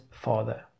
Father